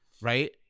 Right